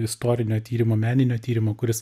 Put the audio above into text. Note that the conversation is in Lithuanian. istorinio tyrimo meninio tyrimo kuris